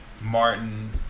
Martin